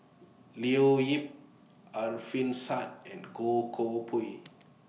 Leo Yip Alfian Sa'at and Goh Koh Pui